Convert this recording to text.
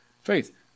faith